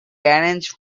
arrange